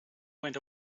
went